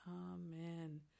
Amen